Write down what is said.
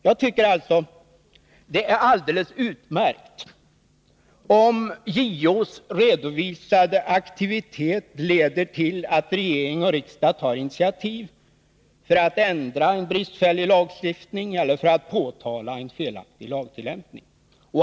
Jag tycker att det är alldeles utmärkt om JO:s redovisade aktivitet leder till att regering och riksdag tar initiativ för att ändra en bristfällig lagstiftning eller för att påtala en felaktig lagtillämpning.